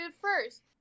first